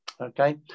Okay